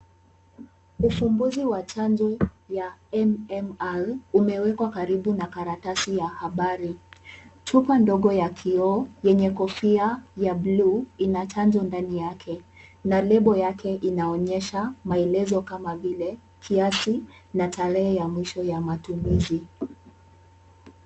Ufumbuzi wa chanjo ya MMR umewekwa karibu na karatasi ya habari. Chupa ndogo ya kioo yenye kofia ya bluu ina chanjo ndani yake na lebo yake inaonyesha maelezo kama vile, kiasi na tarehe ya mwisho ya matumizi.